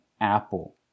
Apple